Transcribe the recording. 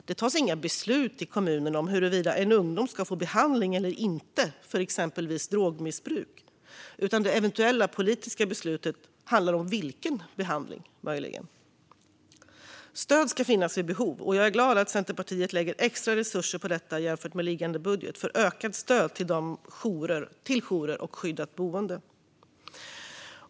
Det fattas inga beslut i kommunen om huruvida en ungdom ska få behandling eller inte för exempelvis drogmissbruk, utan det eventuella politiska beslutet handlar möjligen om vilken behandling som ska ges. Stöd ska finnas vid behov, och jag är glad att Centerpartiet lägger extra resurser på detta jämfört med föreliggande budget för ökat stöd till jourer och skyddat boende.